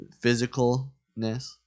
physicalness